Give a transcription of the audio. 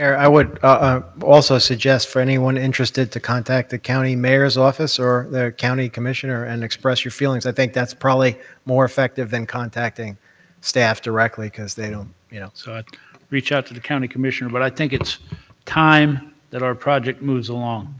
i would also suggest for anyone interested to contact the county mayor's office or county commissioner and express your feelings. i think that's probably more effective than contacting staff directly because they don't you know so reach out to the county commissioner, but i think it's time that our project moves along.